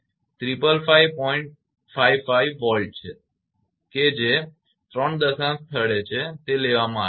55 Volt છે કે જે 3 દશાંશ સ્થળે તે લેવામાં આવેલ છે